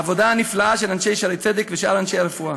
העבודה הנפלאה של אנשי 'שערי צדק' ושאר אנשי הרפואה.